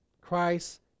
Christ